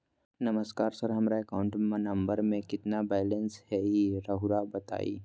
नमस्कार सर हमरा account number में कितना बैलेंस हेई राहुर बताई?